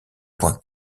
point